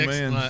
man